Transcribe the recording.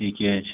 ठीके छै